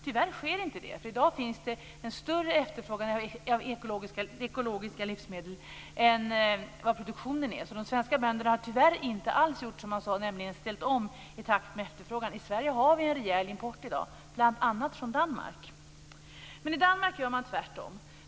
Tyvärr sker inte det, för i dag är efterfrågan av ekologiska livsmedel större än vad produktionen är. De svenska bönderna har tyvärr inte alls gjort som man sade, nämligen ställt om i takt med efterfrågan. I Sverige har vi en rejäl import i dag, bl.a. från Danmark. I Danmark gör man tvärtom.